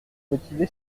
motivé